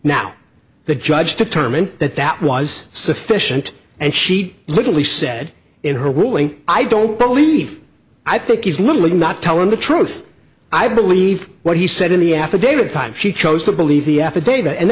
now the judge determined that that was sufficient and she literally said in her ruling i don't believe i think is literally not telling the truth i believe what he said in the affidavit time she chose to believe the affidavit and